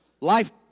life